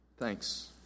Thanks